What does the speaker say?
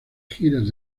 giras